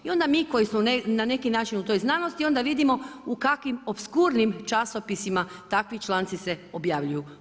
I onda mi koji smo na neki način u toj znanosti, onda vidimo u kakvim opskurnim časopisima takvi članci se objavljuju.